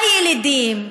הילידים,